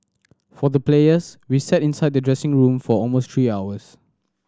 for the players we sat inside the dressing room for almost three hours